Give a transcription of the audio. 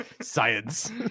Science